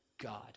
God